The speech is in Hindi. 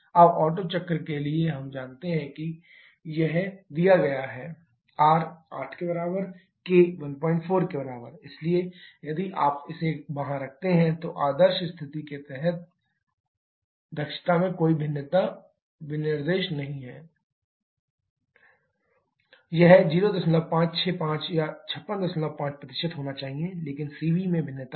अब ओटो चक्र के लिए हम जानते हैं कि thotto1 1rk 1 यह दिया गया है कि R 8 k 14 इसलिए यदि आप इसे वहां रखते हैं तो आदर्श स्थिति के तहत दक्षता मे कोई भिन्नता विनिर्देश नहीं है यह 0565 या 565 होना चाहिए लेकिन cv में भिन्नता है